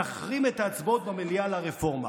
נחרים את ההצבעות במליאה על הרפורמה.